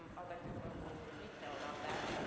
um i'd like to go in a little more detail about that.